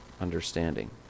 understanding